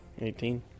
Eighteen